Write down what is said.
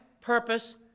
purpose